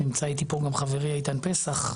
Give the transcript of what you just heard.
נמצא איתי פה גם חברי איתן פסח,